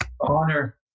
Honor